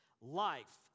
Life